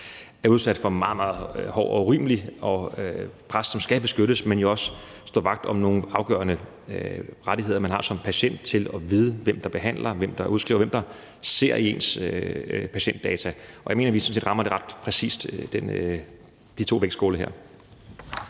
et meget, meget hårdt og urimeligt pres, og som skal beskyttes, men jo også at stå vagt om nogle afgørende rettigheder, man har som patient, med hensyn til at vide, hvem der behandler en, hvem der udskriver en, hvem der ser ens patientdata. Og jeg mener, at vi sådan set rammer det ret præcist i forhold til de her